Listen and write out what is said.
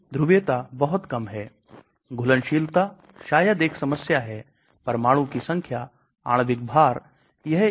तो यह सभी घटक दवा की घुलनशीलता को अत्यधिक बढ़ाते हैं